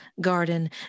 garden